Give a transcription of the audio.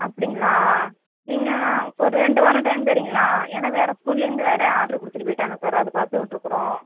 அப்படிங்களா நீங்கள் ஒரு ரெண்டு வாரம் டைம் தரீங்களா ஏன்னா வேறு ஸ்கூல்லேர்ந்து வேறு ஆர்டர் கொடுத்துட்டு போய்விட்டாங்க சார் அது பார்த்துட்டுருக்குறோம்